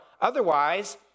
Otherwise